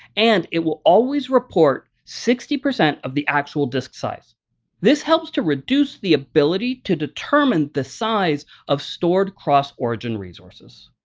and it will always report sixty percent of the actual disk size this helps to reduce the ability to determine the size of stored cross-origin resources.